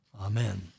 Amen